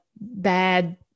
bad